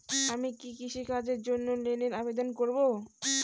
আমি কি কৃষিকাজের জন্য লোনের আবেদন করব?